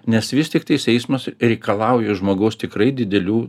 nes vis tiktais eismas reikalauja žmogaus tikrai didelių